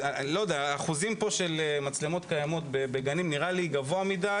השיעור פה של מצלמות קיימות בגנים נראה לי גבוה מדי,